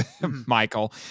Michael